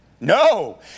No